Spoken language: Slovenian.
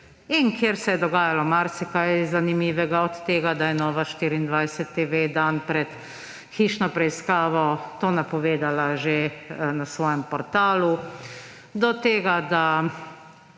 in kjer se je dogajalo marsikaj zanimivega, od tega, da je Nova24TV dan pred hišno preiskavo to napovedala že na svojem portalu, do tega, da